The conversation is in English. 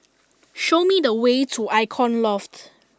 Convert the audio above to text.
show me the way to Icon Loft